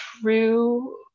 true